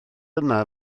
yma